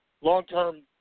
Long-term